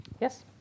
Yes